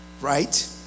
Right